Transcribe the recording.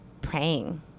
praying